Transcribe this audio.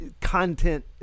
content